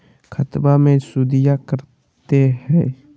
खतबा मे सुदीया कते हय?